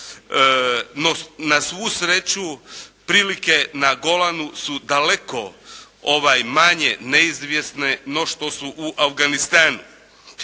na svu sreću, prilike na Golanu su daleko manje, neizvjesne, no što su u Afganistanu.